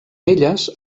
elles